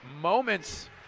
moments